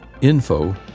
Info